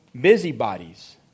busybodies